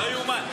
לא יאומן.